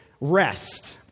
rest